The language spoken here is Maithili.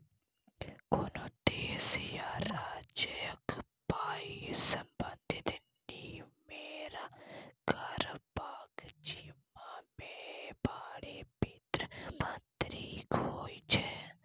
कोनो देश या राज्यक पाइ संबंधी निमेरा करबाक जिम्मेबारी बित्त मंत्रीक होइ छै